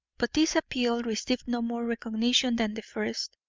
but this appeal received no more recognition than the first,